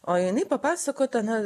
o jinai papasakota na